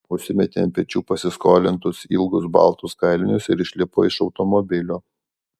užsimetė ant pečių pasiskolintus ilgus baltus kailinius ir išlipo iš automobilio